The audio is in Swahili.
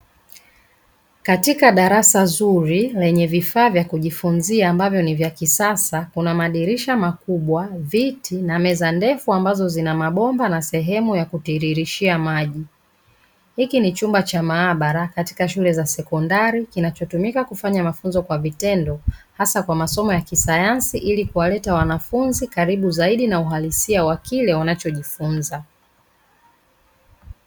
Katika darasa nzuri lenye vifaa vya kujifunza ambavyo ni vya kisasa kuna madirisha makubwa viti na meza ndefu ambazo zina mabomba na sehemu ya kutiririshia maji, hiki ni chumba cha maabara katika shule za sekondari kinachotumika kufanya mafunzo kwa vitendo hasa kwa masomo ya kisayansi ili kuwaleta wanafunzi karibu zaidi na uhalisia wa kile wanachojifunza.